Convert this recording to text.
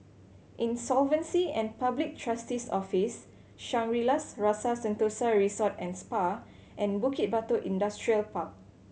Insolvency and Public Trustee's Office Shangri La's Rasa Sentosa Resort and Spa and Bukit Batok Industrial Park